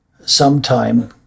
sometime